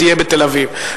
בתל-אביב.